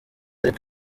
ariko